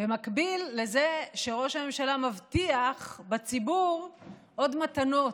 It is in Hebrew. במקביל לזה שראש הממשלה מבטיח בציבור עוד מתנות.